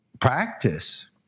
practice